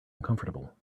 uncomfortable